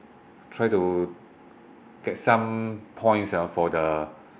try to get some points ah for the